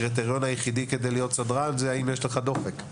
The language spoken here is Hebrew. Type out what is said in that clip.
הקריטריון כדי להיות סדרן זה האם יש לך דופק,